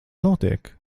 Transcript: notiek